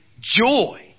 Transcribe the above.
joy